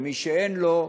ומי שאין לו,